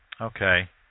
okay